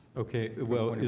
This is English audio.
okay well